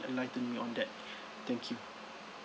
enlighten me on that thank you